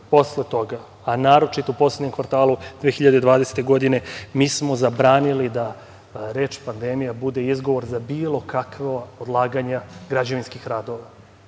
posle toga, a naročito u poslednjem kvartalu 2020. godine mi smo zabranili da reč pandemija bude izgovor za bilo kakva odlaganja građevinskih radova.